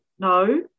No